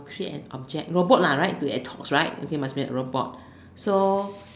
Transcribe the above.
create an object robot lah right where it talks right okay must be an robot so